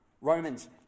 Romans